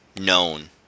known